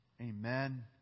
Amen